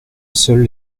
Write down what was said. seuls